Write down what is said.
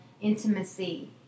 intimacy